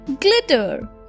glitter